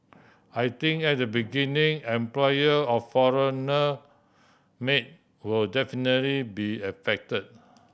I think at the beginning employer of foreign maid will definitely be affect